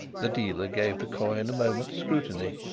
the dealer gave the coin a moment's scrutiny.